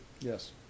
Yes